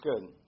good